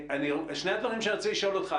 שני דברים רציתי לשאול אותך,